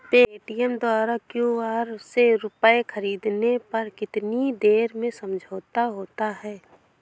Paytm द्वारा QR से रूपए ख़रीदने पर कितनी देर में समझौता होता है?